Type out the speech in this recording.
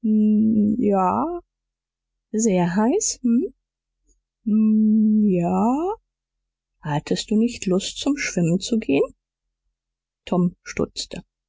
ja sehr heiß he m ja hattest du nicht lust zum schwimmen zu gehen tom stutzte